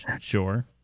Sure